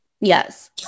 yes